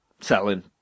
selling